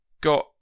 got